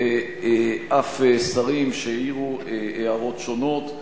ואף שרים שהעירו הערות שונות.